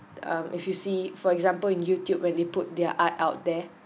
um if you see for example in youtube where they put their art out there